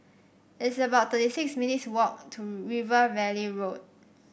it's about thirty six minutes' walk to River Valley Road